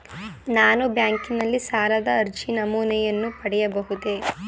ನಾನು ಬ್ಯಾಂಕಿನಲ್ಲಿ ಸಾಲದ ಅರ್ಜಿ ನಮೂನೆಯನ್ನು ಪಡೆಯಬಹುದೇ?